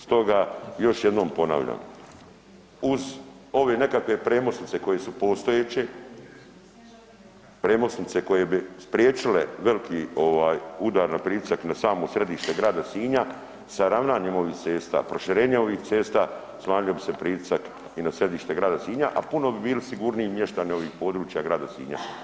Stoga još jednom ponavljam, uz ove nekakve premosnice koje su postojeće, premosnice koje bi spriječile ovaj veliki udar na pritisak na samo središte grada Sinja sa ravnanjem ovih cesta, proširenje ovih cesta, smanjio bi se pritisak i na središte grada Sinja, a puno bi bili sigurniji mještani ovih područja grada Sinja.